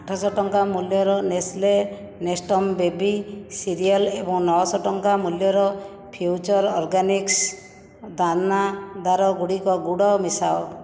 ଆଠ ଶହ ଟଙ୍କା ମୂଲ୍ୟର ନେସ୍ଲେ ନେଷ୍ଟମ୍ ବେବି ସିରୀଅଲ୍ ଏବଂ ନଅ ଶହ ଟଙ୍କା ମୂଲ୍ୟର ଫ୍ୟୁଚର୍ ଅର୍ଗାନିକ୍ସ ଦାନାଦାର ଗୁଡ଼ ମିଶାଅ